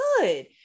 good